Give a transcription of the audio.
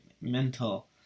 mental